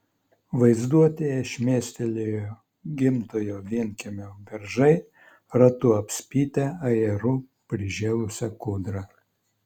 vaizduotėje šmėstelėjo gimtojo vienkiemio beržai ratu apspitę ajerų prižėlusią kūdrą